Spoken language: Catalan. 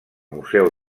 museu